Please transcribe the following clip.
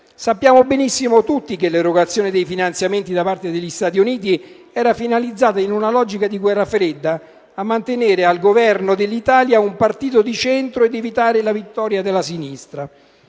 Sappiamo benissimo tutti che l'erogazione di finanziamenti da parte degli Stati Uniti era finalizzata, in una logica di Guerra fredda, a mantenere al governo dell'Italia un partito di centro ed evitare la vittoria della sinistra.